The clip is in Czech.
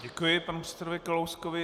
Děkuji panu předsedovi Kalouskovi.